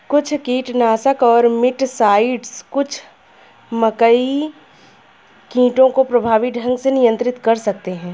कुछ कीटनाशक और मिटसाइड्स कुछ मकई कीटों को प्रभावी ढंग से नियंत्रित कर सकते हैं